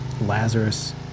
Lazarus